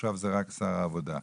ועכשיו זה רק שר העבודה.